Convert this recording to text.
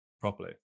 properly